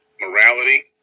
morality